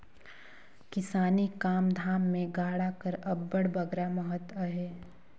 किसानी काम धाम मे गाड़ा कर अब्बड़ बगरा महत अहे